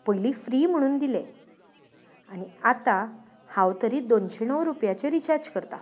पयली फ्री म्हुणून दिलें आनी आतां हांव तरी दोनशे णव रुपयाचें रिचार्ज करतां